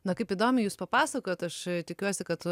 na kaip įdomiai jūs papasakojot aš tikiuosi kad